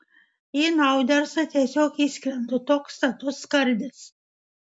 į naudersą tiesiog įskrendu toks status skardis